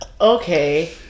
Okay